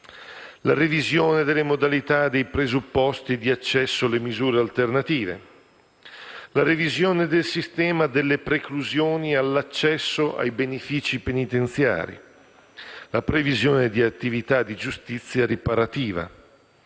la revisione delle modalità e dei presupposti di accesso alle misure alternative; la revisione del sistema delle preclusioni all'accesso ai benefici penitenziari; la previsione di attività di giustizia riparativa;